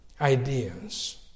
ideas